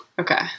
Okay